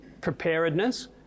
preparedness